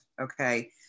okay